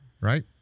Right